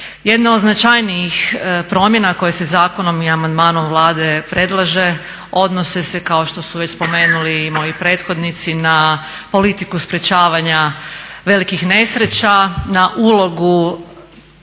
Jedno od značajnijih promjena koje se zakonom i amandmanom Vlade predlaže odnose se kao što su već spomenuli i moji prethodnici na politiku sprječavanja velikih nesreća, na ulogu